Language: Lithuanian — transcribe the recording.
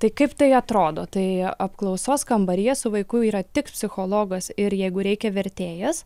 tai kaip tai atrodo tai apklausos kambaryje su vaiku yra tik psichologas ir jeigu reikia vertėjas